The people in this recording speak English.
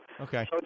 Okay